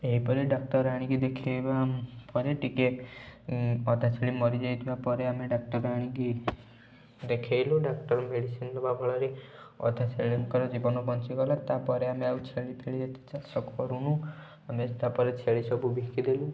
ଏହିପରି ଡାକ୍ତର ଆଣିକି ଦେଖାଇବା ପରେ ଟିକେ ଅଧା ଛେଳି ମରିଯାଇଥିବା ପରେ ଆମେ ଡାକ୍ତର ଆଣିକି ଦେଖାଇଲୁ ଡାକ୍ତର ମେଡ଼ିସିନ୍ ଦେବା ଫଳରେ ଅଧା ଛେଳିଙ୍କର ଜୀବନ ବଞ୍ଚିଗଲା ତା'ପରେ ଆମେ ଆଉ ଛେଳି ଫେଳି ଏତେ ଚାଷ କରୁନୁ ଆମେ ତା'ପରେ ଛେଳି ସବୁ ବିକିଦେଲୁ